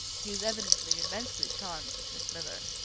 he is evidently immensely charmed with miss miller.